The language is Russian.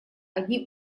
одним